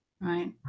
right